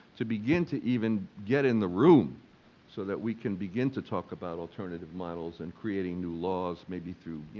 to begin to even get in the room so that we can begin to talk about alternative models and creating new laws maybe through, you